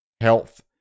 health